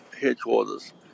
headquarters